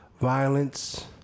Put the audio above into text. violence